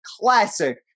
classic